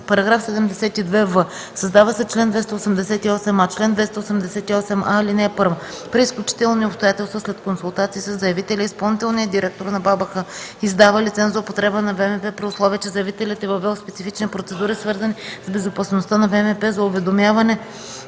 и”. § 72в. Създава се чл. 288а: „Чл. 288а. (1) При изключителни обстоятелства след консултации със заявителя изпълнителният директор на БАБХ издава лиценз за употреба на ВМП при условие, че заявителят е въвел специфични процедури, свързани с безопасността на ВМП, за уведомяване